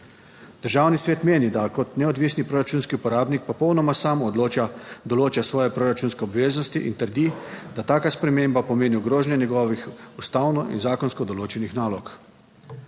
Državni svet meni, da kot neodvisni proračunski uporabnik popolnoma sam odloča, določa svoje proračunske obveznosti, in trdi, da taka sprememba pomeni ogrožanje njegovih ustavno in zakonsko določenih nalog.